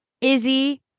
Izzy